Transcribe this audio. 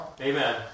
Amen